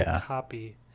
copy